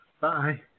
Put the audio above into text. Bye